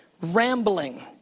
rambling